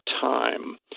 time